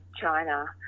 China